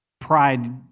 pride